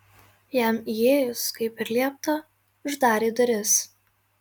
jam įėjus kaip ir liepta uždarė duris